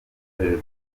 itorero